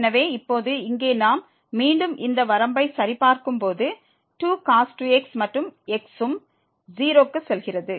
எனவே இப்போது இங்கே நாம் மீண்டும் இந்த வரம்பை சரிபார்க்கும்போது 2cos 2x மற்றும் x ம் 0 க்கு செல்கிறது